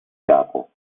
capo